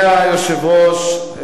ו-8797.